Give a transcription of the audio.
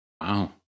Wow